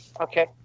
okay